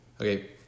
Okay